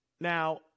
Now